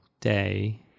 day